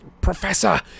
Professor